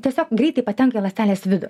tiesiog greitai patenka į ląstelės vidų